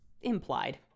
implied